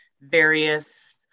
various